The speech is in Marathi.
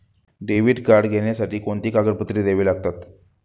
डेबिट कार्ड घेण्यासाठी कोणती कागदपत्रे द्यावी लागतात?